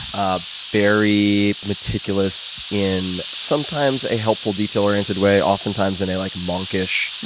ah very meticulous in sometimes a helpful, detail oriented way oftentimes in a like monkish,